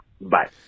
Bye